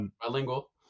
Bilingual